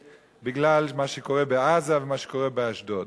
בגלל מה שקורה בעזה ומה שקורה באשדוד.